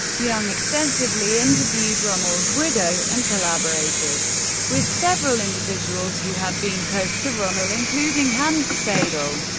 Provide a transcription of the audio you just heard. young extensively interviewed rommel's widow and collaborated with several individuals who had been close to rommel, including hans speidel.